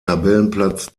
tabellenplatz